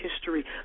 history